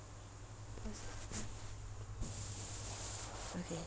okay